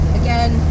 again